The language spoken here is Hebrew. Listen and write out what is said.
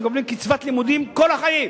שמקבלים קצבת לימודים כל החיים,